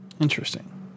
Interesting